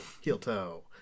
heel-toe